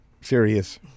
serious